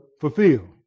fulfill